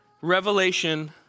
revelation